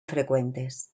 frecuentes